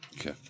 Okay